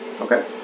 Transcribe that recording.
Okay